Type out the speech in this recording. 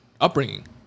Upbringing